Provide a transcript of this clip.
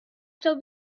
still